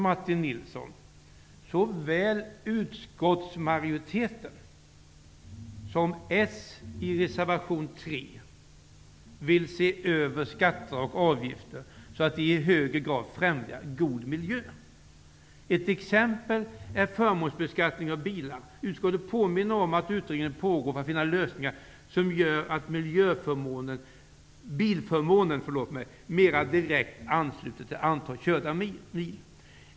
Martin Nilsson, såväl utskottsmajoriteten som socialdemokraterna i reservation 3 vill se över skatter och avgifter, så att de i högre grad främjar god miljö. Ett exempel är förmånsbeskattningen av bilar. Utskottet påminner om att utredning pågår för att finna lösningar som gör att bilförmånen mera direkt ansluter till antalet körda mil.